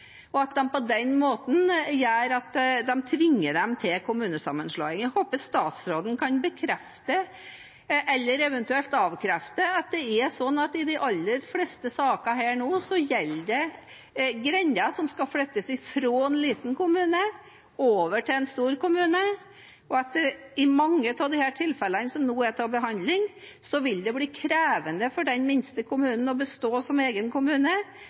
og at de på den måten tvinger dem til kommunesammenslåing. Jeg håper statsråden kan bekrefte, eventuelt avkrefte, at det er slik at i de aller fleste sakene her nå gjelder det grender som skal flyttes fra en liten kommune og over til en stor kommune, og at det i mange av de sakene som nå er til behandling, vil bli krevende for den minste kommunen å bestå som egen kommune,